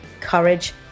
courage